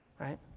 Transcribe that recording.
right